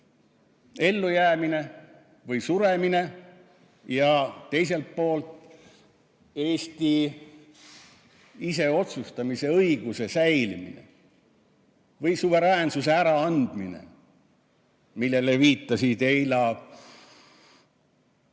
ellujäämine või suremine ja teiselt poolt Eesti iseotsustamise õiguse säilimine või suveräänsuse äraandmine, millele viitasid eile